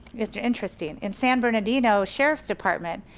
mr. interesting, in san bernadino sheriff's department,